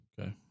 Okay